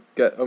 get